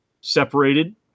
separated